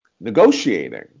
negotiating